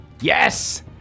Yes